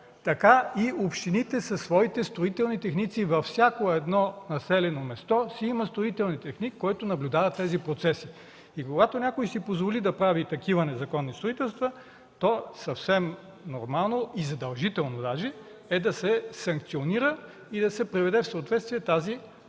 така и общините със своите строителни техници. Във всяко едно населено място си има строителен техник, който наблюдава тези процеси. Когато някой си позволи да прави такива незаконни строителства, то съвсем нормално и даже задължително е да се санкционира и да се приведе в съответствие оценката